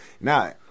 Now